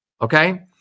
Okay